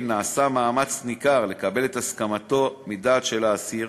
נעשה מאמץ ניכר לקבל את הסכמתו מדעת של האסיר